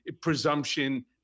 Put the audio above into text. presumption